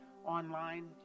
Online